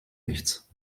nichts